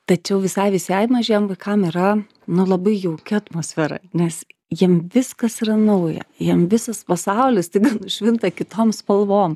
tačiau visai visai mažiem vaikam yra nu labai jauki atmosfera nes jiem viskas yra nauja jiem visas pasaulis staiga nušvinta kitom spalvom